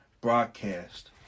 broadcast